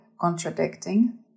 contradicting